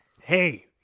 Hey